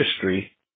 history